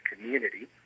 community